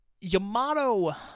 Yamato